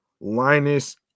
linus